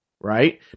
right